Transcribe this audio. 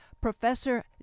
Professor